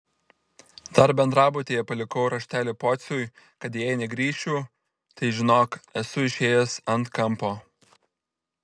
dar bendrabutyje palikau raštelį pociui kad jei negrįšiu tai žinok esu išėjęs ant kampo